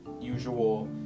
usual